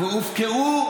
והופקרו,